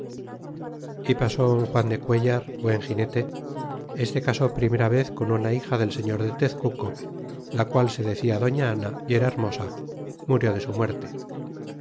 y pasó un juan de cuellar buen ginete este casó primera vez con una hija del señor de tezcuco la qual se decia doña ana y era hermosa murió de su muerte